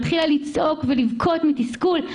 היא התחילה לצעוק ולבכות מתסכול.